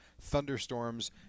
thunderstorms